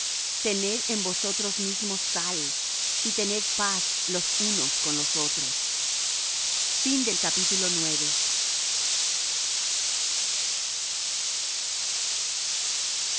tened en vosotros mismos sal y tened paz los unos con los otros y